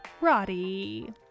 Roddy